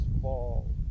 fall